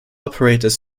operators